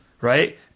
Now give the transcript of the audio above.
right